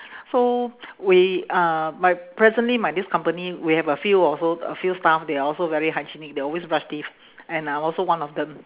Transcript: so we uh my presently my this company we have a few also a few staff they are also very hygienic they always brush teeth and I'm also one of them